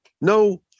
no